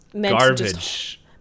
garbage